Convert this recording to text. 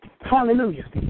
Hallelujah